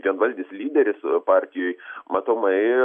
vienvaldis lyderis partijoj matomai